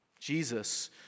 Jesus